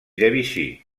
debussy